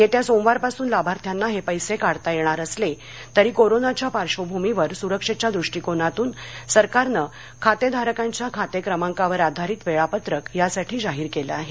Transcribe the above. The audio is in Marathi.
येत्या सोमवारपासून लाभार्थ्यांना हे पैसे काढता येणार असले तरी कोरोनाच्या पार्श्वभूमीवर सुरक्षेच्या दृष्टीकोनातून सरकारनं खातेधारकांच्या खातेक्रमांकावर आधारित वेळापत्रक यासाठी जाहीर केलं आहे